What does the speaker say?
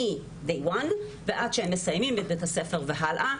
מהיום הראשון ועד שהם מסיימים את בית הספר והלאה.